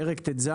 פרק ט"ז: